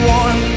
one